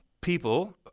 people